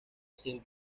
sin